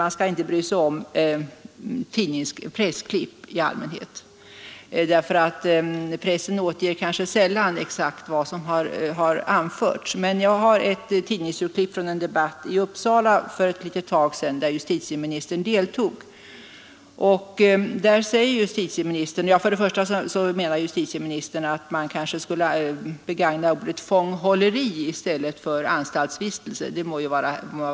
Man skall ju i allmänhet inte bry sig om tidningsnotiser därför att pressen sällan exakt återger vad som har anförts, men jag har ett tidningsurklipp från en debatt i Uppsala för ett tag sedan, där justitieministern deltog. Justitieministern undrar om man kanske skulle begagna uttrycket fånghålleri i stället för anstaltvistelse. Det må vara hänt.